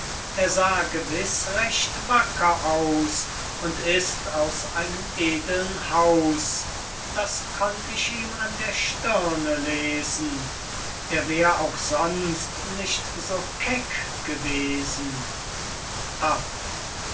er sah gewiß recht wacker aus und ist aus einem edlen haus das konnt ich ihm an der stirne lesen er wär auch sonst nicht so keck gewesen